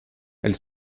elle